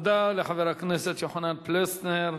תודה לחבר הכנסת יוחנן פלסנר.